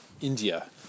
India